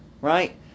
right